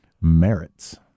merits